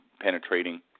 penetrating